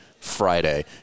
Friday